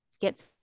get